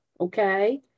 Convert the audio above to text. Okay